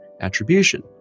attribution